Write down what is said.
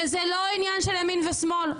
וזה לא עניין של ימין ושמאל.